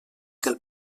del